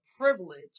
privilege